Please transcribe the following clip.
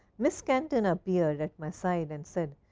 miss kenton appeared at my side and said,